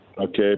Okay